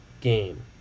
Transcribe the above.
game